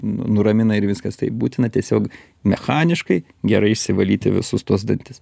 nuramina ir viskas tai būtina tiesiog mechaniškai gerai išsivalyti visus tuos dantis